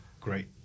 great